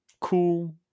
cool